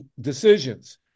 decisions